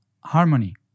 harmony